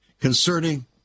concerning